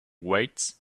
weights